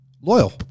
loyal